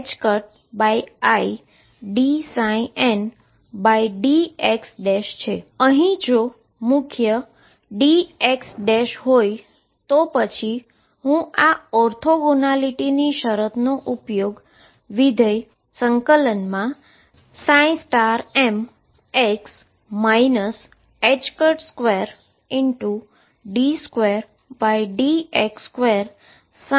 અહી જો મુખ્ય dx હોય તો પછી હું ઓર્થોગોનાલીટીની શરતનો ઉપયોગ ફંક્શન ∫mx 2d2dx2ndx બરાબર બતાવવા માટે થાય છે